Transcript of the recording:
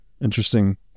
interesting